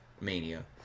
Mania